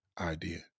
idea